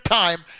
time